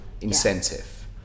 incentive